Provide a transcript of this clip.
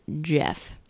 Jeff